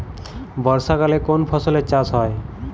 বর্ষাকালে কোন ফসলের চাষ হয়?